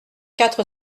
quatre